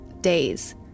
days